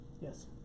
Yes